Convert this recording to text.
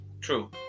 True